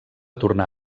tornar